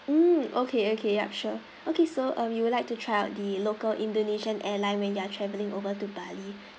mm okay okay yup sure okay so um you would like to try out the local indonesian airline when they're traveling over to bali